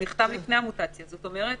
הוא נחתם לפני המוטציה, זאת אומרת